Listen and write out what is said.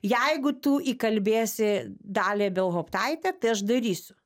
jeigu tu įkalbėsi dalią ibelhauptaitę tai aš darysiu